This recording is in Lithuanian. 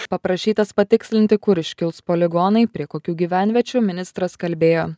paprašytas patikslinti kur iškils poligonai prie kokių gyvenviečių ministras kalbėjo